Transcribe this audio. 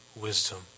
wisdom